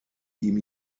ihm